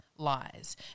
Lies